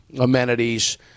amenities